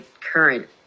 current